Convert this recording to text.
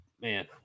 Man